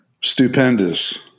Stupendous